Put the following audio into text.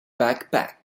backpack